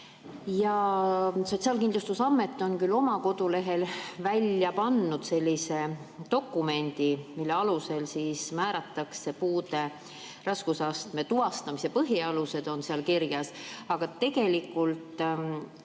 Sotsiaalkindlustusamet on küll oma kodulehel välja pannud dokumendi, mille alusel määratakse puude raskusastme tuvastamise põhialused, need on seal kirjas, aga tegelikult